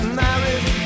married